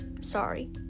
Sorry